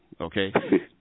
okay